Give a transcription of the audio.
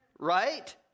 right